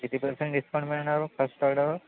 किती percent discount मिळणार मग फस्ट ऑर्डरवर